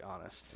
honest